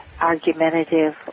argumentative